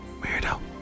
Weirdo